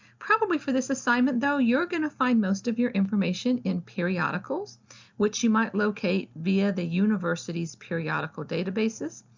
probably for this assignment though, you're gonna find most of your information in periodicals which you might locate via the university's periodical databases.